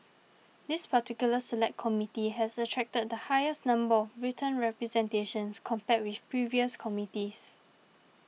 this particular Select Committee has attracted the highest number of written representations compared with previous committees